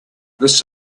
this